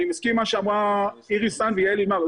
אני מסכים עם מה שאמרו איריס האן ויעל אילמר,